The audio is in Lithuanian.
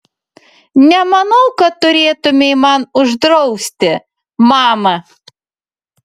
nemanau kad turėtumei man uždrausti mama